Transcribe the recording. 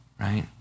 Right